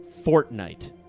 Fortnite